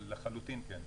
לחלוטין כן.